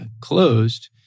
closed